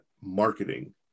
marketing